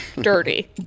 Dirty